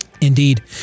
Indeed